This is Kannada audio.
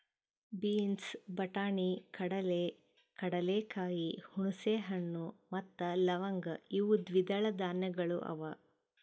ಬೀನ್ಸ್, ಬಟಾಣಿ, ಕಡಲೆ, ಕಡಲೆಕಾಯಿ, ಹುಣಸೆ ಹಣ್ಣು ಮತ್ತ ಲವಂಗ್ ಇವು ದ್ವಿದಳ ಧಾನ್ಯಗಳು ಅವಾ